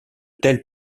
telles